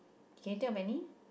can you think of any